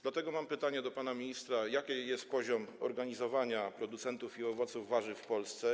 Dlatego mam pytanie do pana ministra: Jaki jest poziom zorganizowania producentów owoców i warzyw w Polsce?